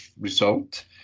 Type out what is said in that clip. result